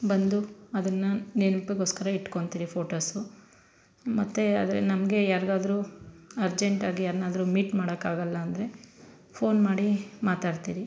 ಬಂದು ಅದನ್ನು ನೆನ್ಪಿಗೋಸ್ಕರ ಇಟ್ಕೊತಿರಿ ಫೋಟೋಸು ಮತ್ತು ಆದರೆ ನಮಗೆ ಯಾರ್ಗಾದ್ರೂ ಅರ್ಜೆಂಟಾಗಿ ಯಾರ್ನಾದ್ರೂ ಮೀಟ್ ಮಾಡೋಕ್ಕಾಗಲ್ಲ ಅಂದರೆ ಫೋನ್ ಮಾಡಿ ಮಾತಾಡ್ತೀರಿ